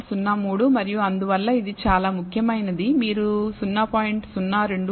03 మరియు అందువల్ల ఇది చాలా ముఖ్యమైనది మీరు 0